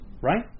right